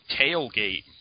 tailgate